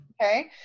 okay